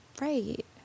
Right